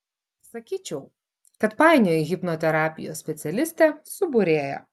sakyčiau kad painioji hipnoterapijos specialistę su būrėja